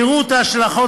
יראו את ההשלכות